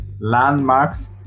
landmarks